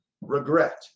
regret